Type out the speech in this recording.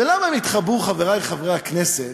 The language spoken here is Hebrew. ולמה הם התחבאו, חברי חברי הכנסת?